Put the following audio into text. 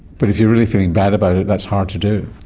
but if you are really feeling bad about it, that's hard to do.